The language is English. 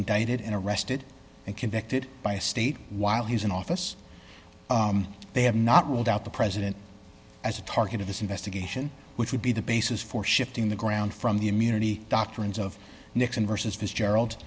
indicted and arrested and convicted by a state while he's in office they have not ruled out the president as a target of this investigation which would be the basis for shifting the ground from the immunity doctrines of nixon versus fitzgerald